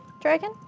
dragon